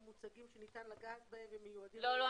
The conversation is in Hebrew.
מוצגים שניתן לגעת בהם ומיועדים --- לא,